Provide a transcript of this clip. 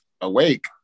awake